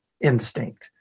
instinct